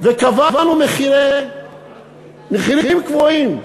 וקבענו מחירים קבועים.